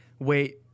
Wait